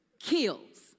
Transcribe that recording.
kills